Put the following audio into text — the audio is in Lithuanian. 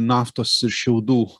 naftos ir šiaudų